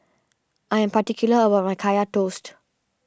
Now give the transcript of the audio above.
I am particular about my Kaya Toast